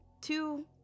Two